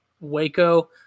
Waco